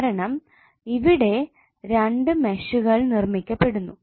കാരണം ഇവിടെ രണ്ട് മെഷുകൾ നിർമ്മിക്കപ്പെടുന്നു